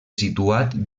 situat